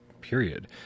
Period